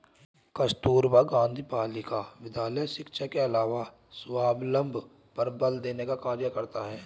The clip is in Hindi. कस्तूरबा गाँधी बालिका विद्यालय शिक्षा के अलावा स्वावलम्बन पर बल देने का कार्य करता है